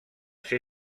ser